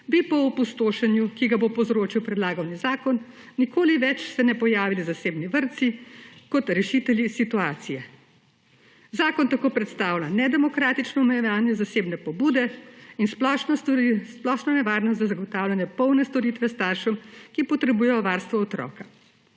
bi po opustošenju, ki ga bo povzročil predlagani zakon, nikoli več se ne pojavili zasebni vrtci kot rešitelji situacije. Zakon tako predstavlja nedemokratično omejevanje zasebne pobude in splošno nevarnost za zagotavljanje polne storitve staršem, ki potrebujejo varstvo otroka.